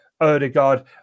Odegaard